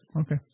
Okay